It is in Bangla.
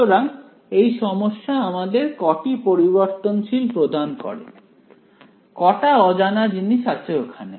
সুতরাং এই সমস্যা আমাদের কটি পরিবর্তনশীল প্রদান করে কটা অজানা জিনিস আছে ওখানে